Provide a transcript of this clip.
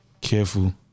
careful